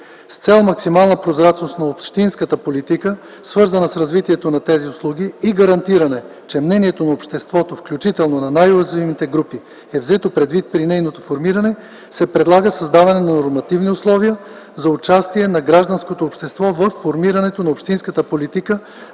С цел максимална прозрачност на общинската политика, свързана с развитието на социалните услуги, и гарантиране, че мнението на обществото, включително на най-уязвимите групи, взето предвид при нейното формиране, се предлага създаване на нормативни условия за участието на гражданското общество във формирането на общинската политика